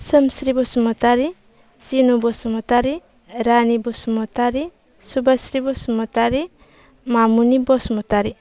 Somsri Basumatari Sinu Basumatari Rani Basumatari Subasri Basumatari Mamuni Basumatary